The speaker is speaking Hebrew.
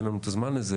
אין לנו את הזמן לזה,